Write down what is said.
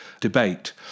debate